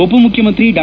ಉಪಮುಖ್ಯಮಂತ್ರಿ ಡಾ